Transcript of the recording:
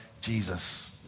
Jesus